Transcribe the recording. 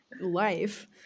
life